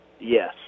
yes